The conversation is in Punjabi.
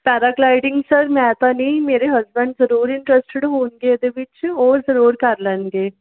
ਪੈਰਾਗਲਾਈਡਿੰਗ ਸਰ ਮੈਂ ਤਾਂ ਨਹੀਂ ਮੇਰੇ ਹਸਬੈਂਡ ਜ਼ਰੂਰ ਇੰਟ੍ਰਸਟਡ ਹੋਣਗੇ ਇਹਦੇ ਵਿੱਚ ਉਹ ਜ਼ਰੂਰ ਕਰ ਲੈਣਗੇ